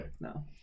No